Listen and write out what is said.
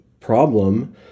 problem